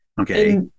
Okay